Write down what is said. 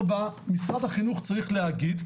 4. משרד החינוך צריך להגיד,